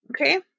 okay